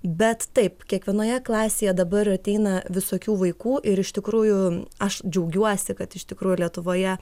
bet taip kiekvienoje klasėje dabar ateina visokių vaikų ir iš tikrųjų aš džiaugiuosi kad iš tikrųjų lietuvoje